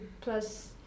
plus